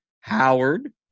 Howard